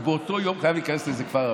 הוא באותו יום חייב להיכנס לאיזה כפר ערבי.